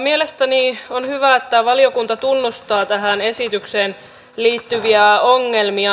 mielestäni on hyvä että valiokunta tunnustaa tähän esitykseen liittyviä ongelmia